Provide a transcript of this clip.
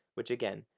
which again,